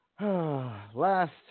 Last